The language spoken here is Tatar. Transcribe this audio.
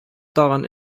тагын